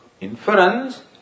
Inference